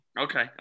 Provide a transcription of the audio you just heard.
Okay